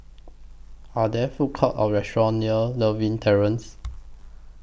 Are There Food Courts Or restaurants near Lewin Terrace